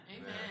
Amen